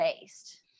based